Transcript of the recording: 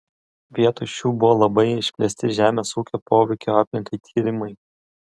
vietoj šių buvo labai išplėsti žemės ūkio poveikio aplinkai tyrimai